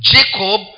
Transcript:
Jacob